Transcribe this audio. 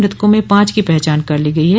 मृतकों में पांच की पहचान कर ली गई है